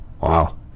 Wow